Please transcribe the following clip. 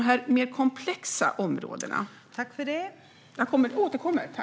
Jag återkommer när det gäller de mer komplexa områdena.